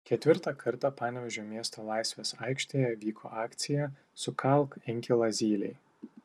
ketvirtą kartą panevėžio miesto laisvės aikštėje vyko akcija sukalk inkilą zylei